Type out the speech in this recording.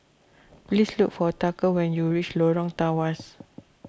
please look for Tucker when you reach Lorong Tawas